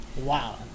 Wow